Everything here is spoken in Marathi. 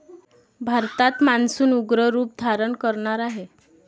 भारतात मान्सून उग्र रूप धारण करणार आहे